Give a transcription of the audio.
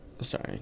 Sorry